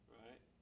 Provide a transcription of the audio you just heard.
right